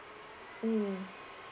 mm